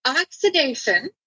oxidation